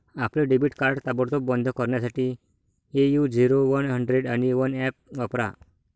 आपले debit card ताबडतोब बंद करण्यासाठी ए.यू झिरो वन हंड्रेड आणि वन ऍप वापरा